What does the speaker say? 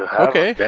ah okay! yeah